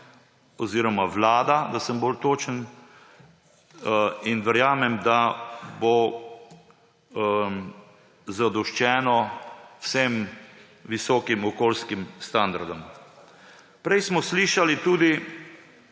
oziroma vlada, da sem bolj točen, in verjamem, da bo zadoščeno vsem visokim okoljskim standardom. Prej smo slišali tudi